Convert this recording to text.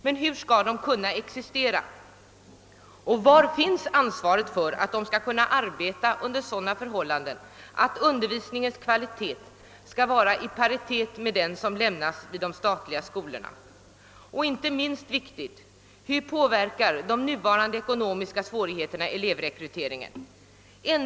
Men hur skall dessa skolor kunna existera, och var finns ansvaret för att de skall kunna arbeta under sådana förhållanden att undervisningens kvalitet hålls i paritet med de statliga skolornas? Och en inte mindre viktig fråga: Hur påverkar de nuvarande ekonomiska svårigheterna elevrekryteringen?